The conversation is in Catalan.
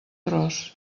tros